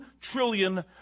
trillion